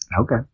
Okay